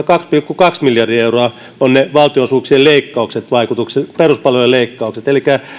kaksi pilkku kaksi miljardia euroa ovat valtionosuuksien leikkausten vaikutukset peruspalvelujen leikkaukset elikkä